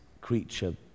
creature